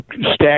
stack